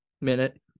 minute